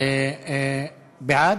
בעד,